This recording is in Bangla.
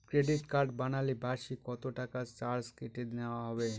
ক্রেডিট কার্ড বানালে বার্ষিক কত টাকা চার্জ কেটে নেওয়া হবে?